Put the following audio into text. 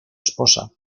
esposa